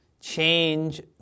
change